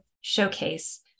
Showcase